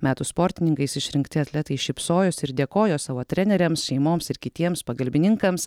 metų sportininkais išrinkti atletai šypsojosi ir dėkojo savo treneriams šeimoms ir kitiems pagalbininkams